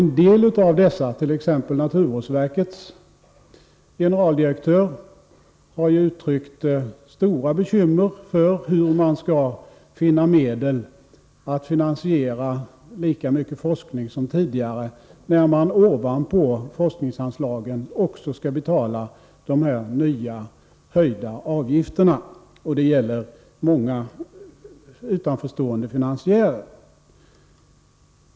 En del av dessa, t.ex. naturvårdsverkets generaldirektör, har uttryckt stora bekymmer för hur man skall finna medel att finansiera lika mycket forskning som tidigare när man ovanpå forskningsanslagen skall betala dessa nya höjda avgifter. Detta gäller många utanförstående finansiärer.